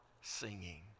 singing